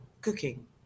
cooking